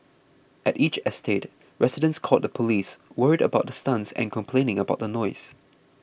at each estate residents called the police worried about the stunts and complaining about the noise